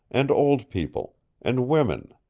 and old people and women.